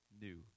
new